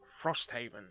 Frosthaven